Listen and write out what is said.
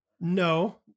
No